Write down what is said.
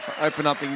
open-up